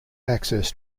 access